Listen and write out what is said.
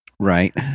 Right